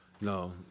No